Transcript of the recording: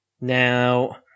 Now